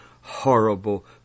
horrible